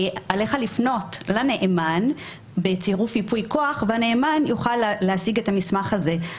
עליך לפנות לנאמן בצירוף ייפוי כוח והנאמן יוכל להשיג את המסמכים האלה.